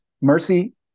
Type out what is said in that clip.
mercy